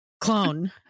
clone